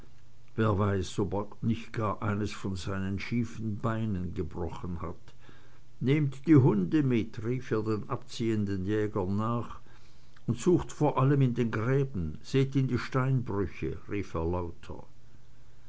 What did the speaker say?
wer weiß ob er nicht gar eines von seinen schiefen beinen gebrochen hat nehmt die hunde mit rief er den abziehenden jägern nach und sucht vor allem in den gräben seht in die steinbrüche rief er lauter